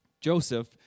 Joseph